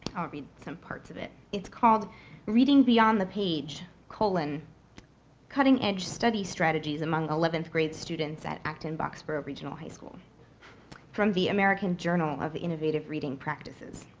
i'll read some parts of it. it's called reading beyond the page and cutting edge study strategies among eleventh grade students at acton-boxborough regional high school from the american journal of the innovative reading practices.